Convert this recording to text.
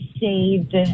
saved